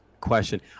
question